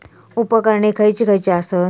उपकरणे खैयची खैयची आसत?